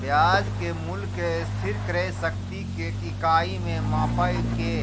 ब्याज के मूल्य के स्थिर क्रय शक्ति के इकाई में मापय के